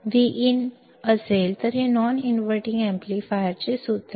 हे non inverting amplifier बरोबरचे माझे सूत्र आहे